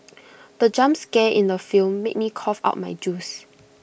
the jump scare in the film made me cough out my juice